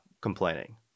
complaining